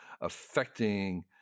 affecting